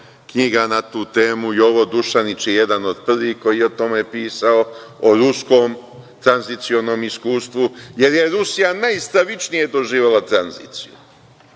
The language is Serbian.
knjiga na tu temu Jovo Dušanić je jedan od ostalih koji je o tome pisao, o ruskom tranzicionom iskustvu, jer je Rusija najstravičnije doživela tranziciju.